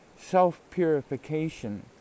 self-purification